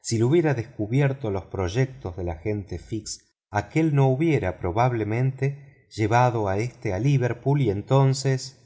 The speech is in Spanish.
si le hubiera descubierto los proyectos del agente fix aquél no hubiera probablemente llevado a éste a liverpool y entonces